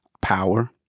power